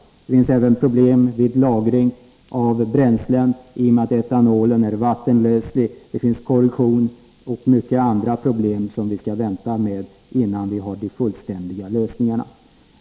Det finns även problem med lagring av bränslen, i och med att etanol är vattenlösligt, problem med korrosion och många andra problem, som vi måste undersöka innan vi går in på de fullständiga lösningarna.